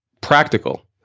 practical